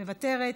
מוותרת,